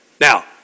Now